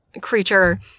creature